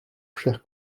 cher